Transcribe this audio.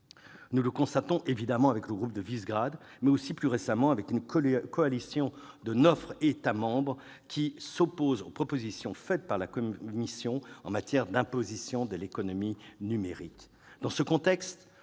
Nous le constatons évidemment avec le groupe de Visegrád, mais aussi plus récemment avec une coalition de neuf États membres qui s'opposent aux propositions faites par la Commission en matière d'imposition de l'économie numérique. Dans ce contexte,